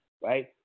right